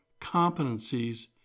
competencies